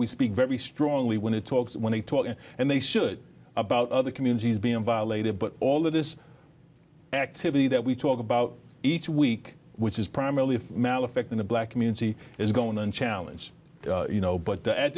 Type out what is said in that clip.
we speak very strongly when it talks when they talk and they should about other communities being violated but all of this activity that we talk about each week which is primarily a malefic in the black community is going and challenge you know but